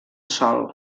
sòl